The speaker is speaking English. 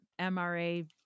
MRA